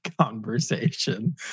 conversation